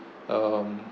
um